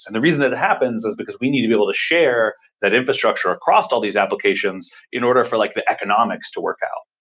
and the reason that it happens is because we need to be able to share that infrastructure across all these applications in order for like the economics to work out.